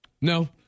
No